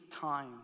time